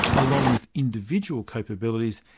along with individual capabilities,